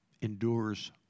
endures